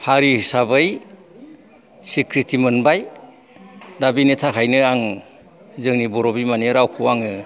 हारि हिसाबै सिख्रिथि मोनबाय दा बोनि थाखायनो आं जोंनि बर' बिमानि रावखौ आङो